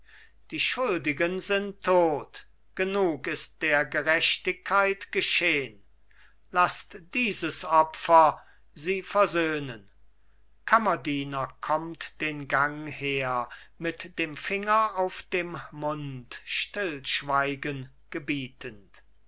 die schuldigen sind tot genug ist der gerechtigkeit geschehn laßt dieses opfer sie versöhnen kammerdiener kommt den gang her mit dem finger auf dem mund stillschweigen gebietend